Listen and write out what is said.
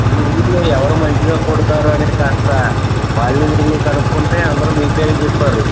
ఈ ఊళ్ళో ఎవరు మంచిగా కుడతారు అని కాస్త వాళ్ళని వీళ్ళని కనుక్కుంటే అందరు మీ పేరే చెప్పారు